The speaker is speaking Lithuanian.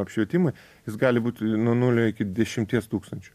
apšvietimui jis gali būti nuo nulio iki dešimties tūkstančių